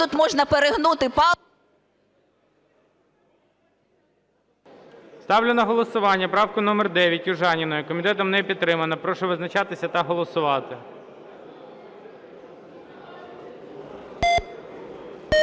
тут можна перегнути палку… ГОЛОВУЮЧИЙ. Ставлю на голосування правку номер 9 Южаніної. Комітетом не підтримана. Прошу визначатись та голосувати. 11:10:43